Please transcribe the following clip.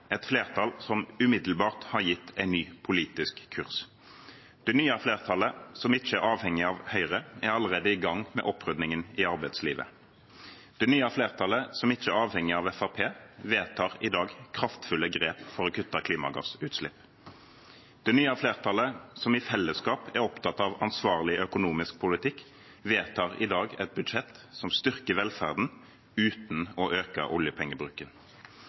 et nytt flertall – et flertall som umiddelbart har gitt en ny politisk kurs. Det nye flertallet, som ikke er avhengig av Høyre, er allerede i gang med opprydningen i arbeidslivet. Det nye flertallet, som ikke er avhengig av Fremskrittspartiet, vedtar i dag kraftfulle grep for å kutte klimagassutslipp. Det nye flertallet, som i fellesskap er opptatt av ansvarlig økonomisk politikk, vedtar i dag et budsjett som styrker velferden, uten å øke oljepengebruken.